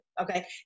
Okay